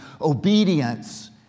obedience